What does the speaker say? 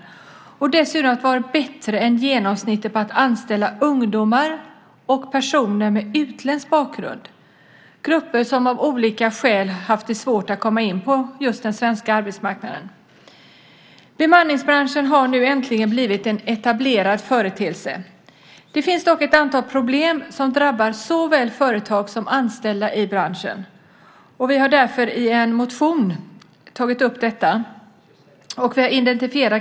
Den har dessutom varit bättre än genomsnittet på att anställa ungdomar och personer med utländsk bakgrund - grupper som av olika skäl haft svårt att komma in på den svenska arbetsmarknaden. Bemanningsbranschen har nu äntligen blivit en etablerad företeelse. Det finns dock ett antal problem som drabbar såväl företag som anställda i branschen. Vi har därför tagit upp detta i en motion.